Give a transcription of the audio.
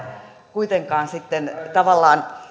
kuitenkaan sitten tavallaan